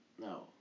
no